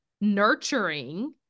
nurturing